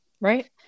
Right